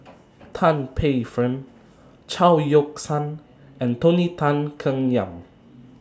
Tan Paey Fern Chao Yoke San and Tony Tan Keng Yam